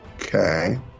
Okay